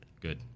Good